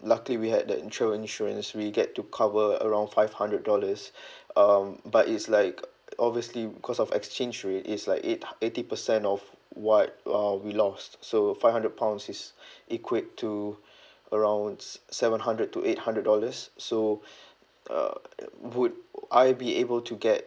luckily we had that insur~ insurance we get to cover around five hundred dollars um but it's like obviously because of exchange rate it's like eight uh eighty percent of what uh we lost so five hundred pounds is equate to around s~ seven hundred to eight hundred dollars so err would I be able to get